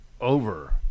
Over